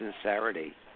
sincerity